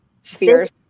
spheres